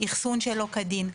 אחסון שלא כדין,